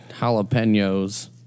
jalapenos